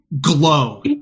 glow